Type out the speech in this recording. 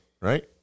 right